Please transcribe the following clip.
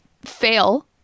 fail